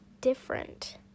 different